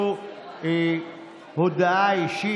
אדוני היושב-ראש.